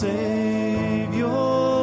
Savior